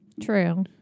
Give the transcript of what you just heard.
true